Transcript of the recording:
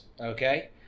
okay